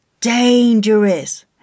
Dangerous